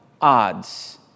odds